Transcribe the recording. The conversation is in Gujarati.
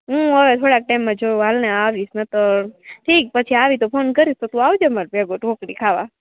હું હવે થોળાક ટાઈમમાં જોઉ હાલને આવીશ નકર ઠીક પછી આવી તો ફોન કરીશ તું આવજે મારી ભેગો ઢોકળી ખાવા